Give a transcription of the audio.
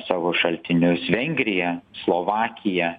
savo šaltinius vengrija slovakija